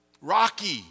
Rocky